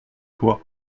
toi